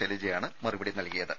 ശൈലജയാണ് മറുപടി നൽകിയത്